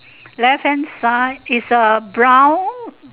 left hand side is a brown